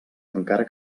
encara